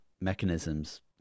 mechanisms